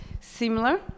similar